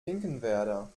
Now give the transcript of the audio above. finkenwerder